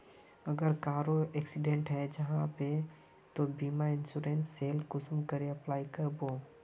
अगर कहारो एक्सीडेंट है जाहा बे तो बीमा इंश्योरेंस सेल कुंसम करे अप्लाई कर बो?